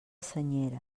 senyera